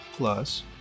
Plus